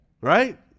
Right